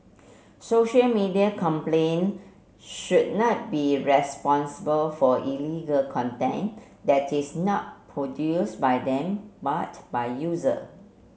social media companion should not be responsible for illegal content that is not produced by them but by user